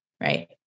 right